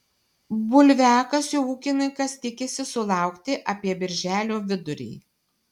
bulviakasio ūkininkas tikisi sulaukti apie birželio vidurį